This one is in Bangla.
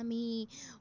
আমি